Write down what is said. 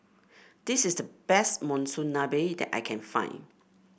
this is the best Monsunabe that I can find